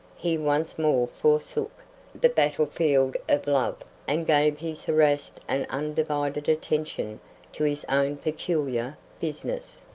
he once more forsook the battlefield of love and gave his harassed and undivided attention to his own peculiar business.